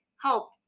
help